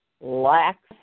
lax